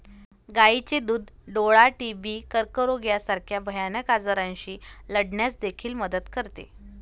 गायीचे दूध डोळा, टीबी, कर्करोग यासारख्या भयानक आजारांशी लढण्यास देखील मदत करते